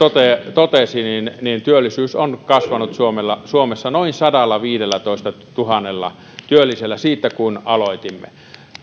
totesi työllisyys on kasvanut suomessa noin sadallaviidellätoistatuhannella työllisellä siitä kun aloitimme